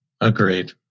Agreed